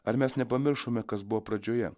ar mes nepamiršome kas buvo pradžioje